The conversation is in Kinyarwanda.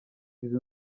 izi